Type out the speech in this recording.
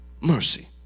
Mercy